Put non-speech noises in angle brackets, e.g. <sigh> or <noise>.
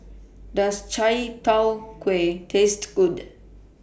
<noise> Does Chai Tow Kway Taste Good